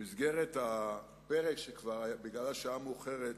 במסגרת הפרק שבגלל השעה המאוחרת